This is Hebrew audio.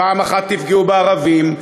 פעם אחת תפגעו בערבים,